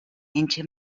into